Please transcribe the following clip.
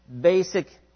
basic